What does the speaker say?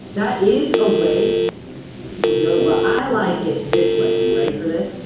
that is a way people do it, but i like it this way. you ready for this?